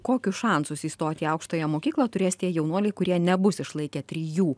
kokius šansus įstot į aukštąją mokyklą turės tie jaunuoliai kurie nebus išlaikę trijų